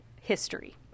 history